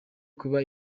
kuba